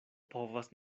povas